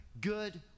good